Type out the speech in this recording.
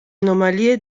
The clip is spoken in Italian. anomalie